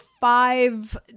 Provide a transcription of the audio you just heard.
five